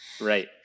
Right